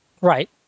Right